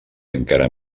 encara